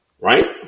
right